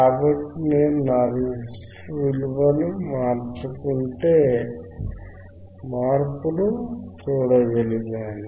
కాబట్టి నేను నా రేసిస్టర్ విలువను మార్చు కుంటే మార్పును చూడగలిగాను